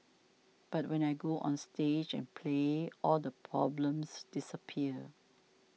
but when I go onstage and play all the problems disappear